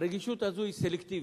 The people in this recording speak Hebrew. הרגישות הזו היא סלקטיבית.